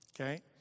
okay